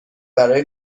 برای